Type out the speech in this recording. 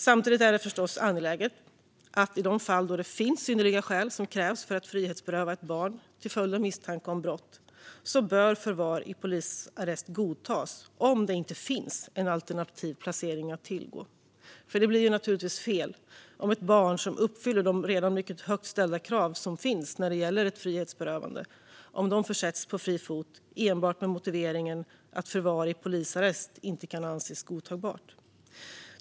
Samtidigt är det förstås angeläget att förvar i polisarrest godtas, om det inte finns en alternativ placering att tillgå, i de fall då det finns de synnerliga skäl som krävs för att frihetsberöva ett barn till följd av misstanke om brott. Det blir naturligtvis fel om barn som uppfyller de redan mycket högt ställda krav som finns för ett frihetsberövande försätts på fri fot enbart med motiveringen att förvar i polisarrest inte kan anses godtagbart.